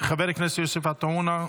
חבר הכנסת יוסף עטאונה,